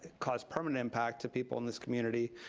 cause permanent impact to people in this community,